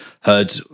heard